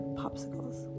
popsicles